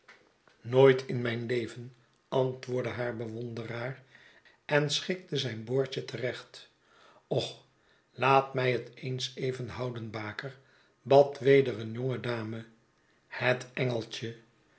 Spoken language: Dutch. nooit in mijn leven antwoordde haar bewonderaar en schikte zijn boordje te recht och laat mij het eens even houden baker bad weder een jonge dame het engeltje